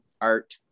art